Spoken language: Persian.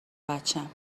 بچم